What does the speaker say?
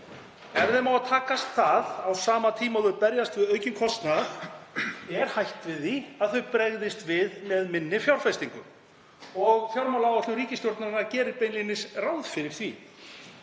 Ef þeim á að takast það á sama tíma og þau berjast við aukinn kostnað er hætt við að þau bregðist við með minni fjárfestingum. Fjármálaáætlun ríkisstjórnarinnar gerir beinlínis ráð fyrir því.